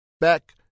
back